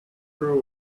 crew